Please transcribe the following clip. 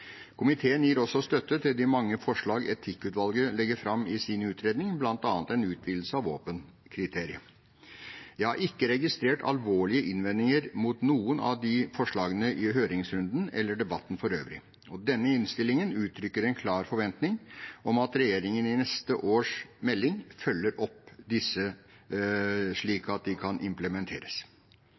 Komiteen gir også støtte til de mange forslag etikkutvalget legger fram i sin utredning, bl.a. en utvidelse av våpenkriteriet. Jeg har ikke registrert alvorlige innvendinger mot noen av disse forslagene i høringsrunden eller debatten for øvrig. Denne innstillingen uttrykker en klar forventning om at regjeringen i neste års melding følger disse opp, slik at de kan implementeres.